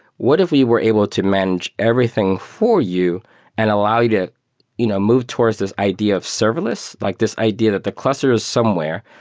what if we were able to manage everything for you and allow you to you to know move towards this idea of serverless, like this idea that the cluster is somewhere,